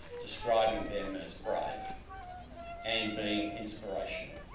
describing them as brave and being inspirational.